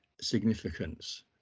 significance